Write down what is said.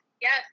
yes